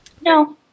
No